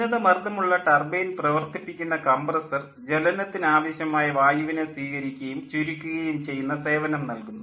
ഉന്നത മർദ്ദമുള്ള ടർബൈൻ പ്രവർത്തിപ്പിക്കുന്ന കംപ്രെസ്സർ ജ്വലനത്തിന് ആവശ്യമായ വായുവിനെ സ്വീകരിക്കുകയും ചുരുക്കുകയും ചെയ്യുന്ന സേവനം നൽകുന്നു